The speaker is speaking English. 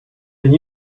can